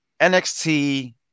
nxt